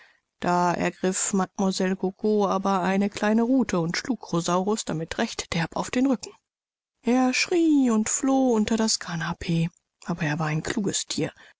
da ergriff mlle gogo aber eine kleine ruthe und schlug rosaurus damit recht derb auf den rücken er schrie und floh unter das kanapee aber er war ein kluges thier